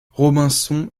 robinson